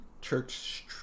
church